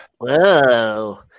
Whoa